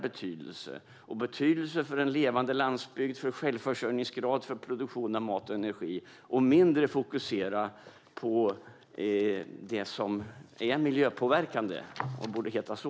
Det gäller också betydelsen för en levande landsbygd, för självförsörjningsgrad och för produktion av mat och energi. Vi bör fokusera mindre på det som är miljöpåverkande och borde kallas så.